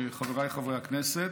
חבריי חברי הכנסת,